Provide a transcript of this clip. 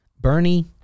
Bernie